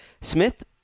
Smith